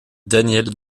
danielle